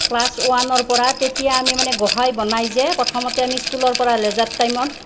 class ওৱানৰ পৰা তেতিয়া আমি মানে গোসাঁই বনাই যে প্ৰথমতে আমি স্কুলৰ পৰা লেইজাৰ টাইমত